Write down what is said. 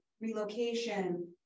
Relocation